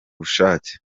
bushake